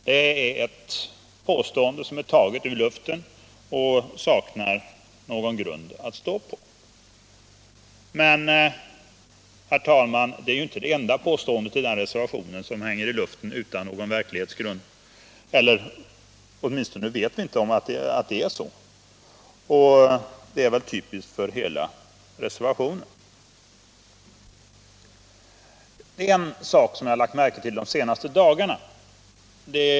Detta är ett påstående som saknar grund, men det är inte det enda påståendet i den reservationen som hänger i luften. Reservanterna vet uppenbarligen inte att det är så, och det är väl typiskt för hela reservationen. Det är en sak som jag har lagt märke till de senaste dagarna.